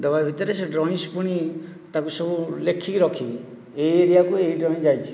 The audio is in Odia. ଦେବା ଭିତରେ ସେ ଡ୍ରଇଂ ପୁଣି ତାକୁ ସବୁ ଲେଖିକି ରଖିବି ଏ ଏରିଆକୁ ଏଇ ଡ୍ରଇଂ ଯାଇଛି